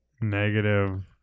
negative